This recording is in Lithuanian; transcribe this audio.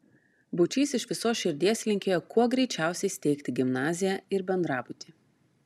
būčys iš visos širdies linkėjo kuo greičiausiai steigti gimnaziją ir bendrabutį